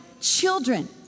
children